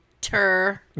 tur